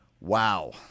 Wow